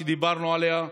שדיברנו עליה,